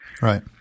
Right